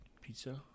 Pizza